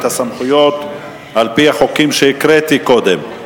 הסמכויות על-פי החוקים שהקראתי קודם.